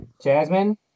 Jasmine